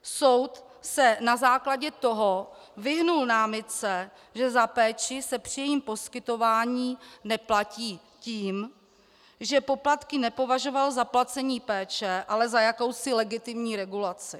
Soud se na základě toho vyhnul námitce, že za péči se při jejím poskytování neplatí, tím, že poplatky nepovažoval za placení péče, ale za jakousi legitimní regulaci.